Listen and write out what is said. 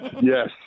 Yes